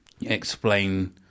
explain